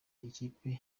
ikipe